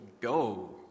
go